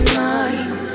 mind